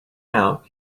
out